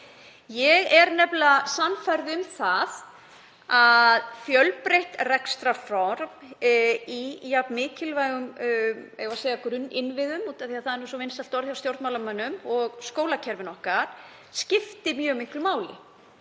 Ég er nefnilega sannfærð um að fjölbreytt rekstrarform í jafn mikilvægum grunninnviðum — af því að það er svo vinsælt orð hjá stjórnmálamönnum — og skólakerfinu okkar skipti mjög miklu máli.